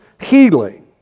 healing